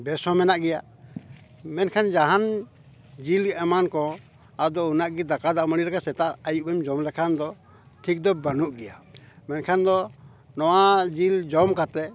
ᱵᱮᱥ ᱦᱚᱸ ᱢᱮᱱᱟᱜ ᱜᱮᱭᱟ ᱢᱮᱱᱠᱷᱟᱱ ᱡᱟᱦᱟᱱ ᱡᱤᱞ ᱮᱢᱟᱱ ᱠᱚ ᱟᱫᱚ ᱩᱱᱟᱹᱜ ᱜᱮ ᱫᱟᱠᱟ ᱫᱟᱜ ᱢᱟᱹᱰᱤ ᱞᱮᱠᱟ ᱥᱮᱛᱟᱜ ᱟᱹᱭᱩᱵᱮᱢ ᱡᱚᱢ ᱞᱮᱠᱷᱟᱱ ᱫᱚ ᱴᱷᱤᱠ ᱫᱚ ᱵᱟᱹᱱᱩᱜ ᱜᱮᱭᱟ ᱢᱮᱱᱠᱷᱟᱱ ᱫᱚ ᱱᱚᱣᱟ ᱡᱤᱞ ᱡᱚᱢ ᱠᱟᱛᱮᱫ